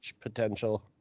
potential